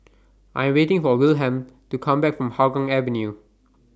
I Am waiting For Wilhelm to Come Back from Hougang Avenue